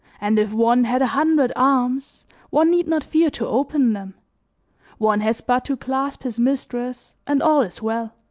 and if one had a hundred arms one need not fear to open them one has but to clasp his mistress and all is well.